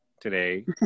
today